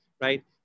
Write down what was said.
right